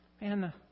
man